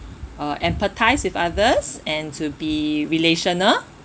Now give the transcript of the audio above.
uh empathise with others and to be relational